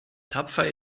tapfer